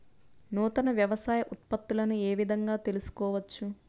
నూతన వ్యవసాయ ఉత్పత్తులను ఏ విధంగా తెలుసుకోవచ్చు?